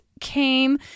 came